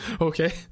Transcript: okay